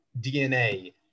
DNA